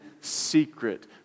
secret